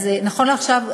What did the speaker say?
אז נכון לעכשיו,